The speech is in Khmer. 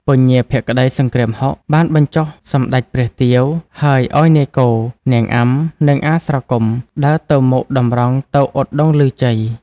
ពញាភក្តីសង្គ្រាមហុក បានបញ្ចុះសម្តេចព្រះទាវ ហើយឲ្យនាយគោ នាងអាំ និងអាស្រគំ ដើរទៅមុខតម្រង់ទៅឧត្តុង្គឮជ័យ។